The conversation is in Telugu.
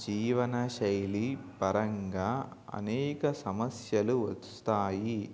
జీవనశైలి పరంగా అనేక సమస్యలు వస్తాయి